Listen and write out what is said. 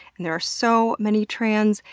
and there are so many trans,